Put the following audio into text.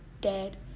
dead